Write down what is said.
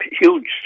huge